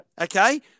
Okay